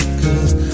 cause